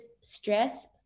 stress